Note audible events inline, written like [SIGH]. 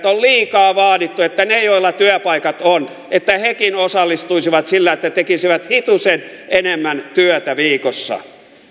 [UNINTELLIGIBLE] on liikaa vaadittu että nekin joilla työpaikat on osallistuisivat sillä että tekisivät hitusen enemmän työtä viikossa